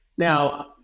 Now